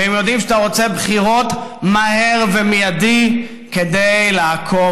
והם יודעים שאתה רוצה בחירות מהר ומייד כדי לעקוף